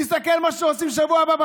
תסתכל מה עושים בשבוע הבא,